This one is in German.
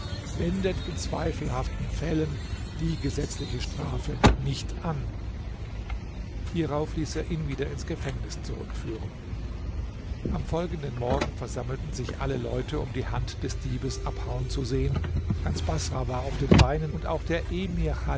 wendet in zweifelhaften fällen die gesetzliche strafe nicht an hierauf ließ er ihn wieder ins gefängnis zurückführen am folgenden morgen versammelten sich alle leute um die hand des diebes abhauen zu sehen ganz baßrah war auf den beinen und auch der emir